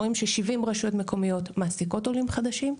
ואנחנו רואיםש-70 רשויות מקומיות מעסיקות עולים חדשים,